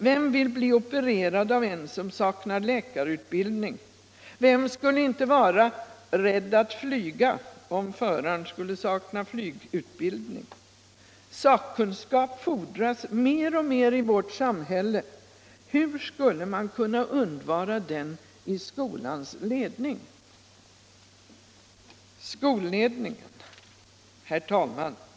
Vem vill bli opererad av en som saknar läkarutbildning? Vem skulle inte vara rädd att flyga, om föraren skulle sakna flygutbildning? Sakkunskap fordras mer och mer i vårt samhälle. Hur skulle man kunna undvara den i skolans ledning? Skolledningen!